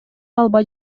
албай